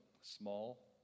small